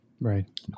right